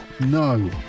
No